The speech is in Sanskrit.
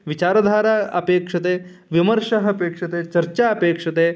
विचारधारा अपेक्षते विमर्शः अपेक्षते चर्चा अपेक्षते